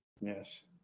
Yes